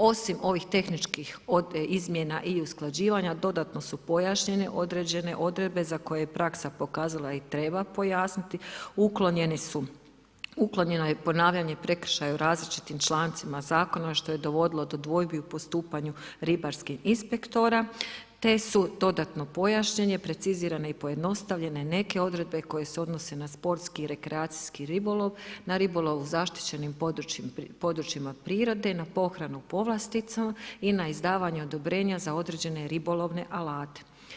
Osim ovih tehničkih izmjena i usklađivanja, dodatno su pojašnjene određene odredbe za koje je praksa pokazala i treba pojasniti, uklonjeno je ponavljanje prekršaja u različitim člancima Zakona, što je dovodilo do dvojbi u postupanju ribarskih inspektora, te su dodatno pojašnjene, precizirane i pojednostavljene neke odredbe koje se odnose na sportski i rekreacijski ribolov, na ribolov u zaštićenim područjima prirode, na pohranu povlastica i na izdavanje odobrenja za određene ribolovne alate.